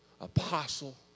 apostle